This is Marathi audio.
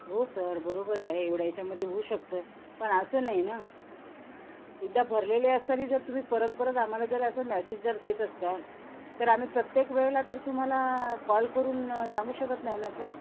हो सर बरोबर आहे एवढ्या याच्यामध्ये होऊ शकतं पण असं नाही ना एकदा भरलेले असतानी जर तुम्ही परत परत आम्हाला जर असं मेसेज जर देत असाल तर आम्ही प्रत्येक वेळेला तर तुम्हाला कॉल करून सांगू शकत नाही ना सर